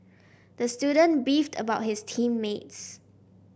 the student beefed about his team mates